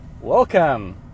Welcome